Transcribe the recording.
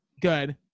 good